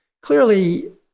Clearly